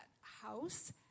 house